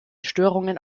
störungen